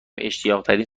اشتیاقترین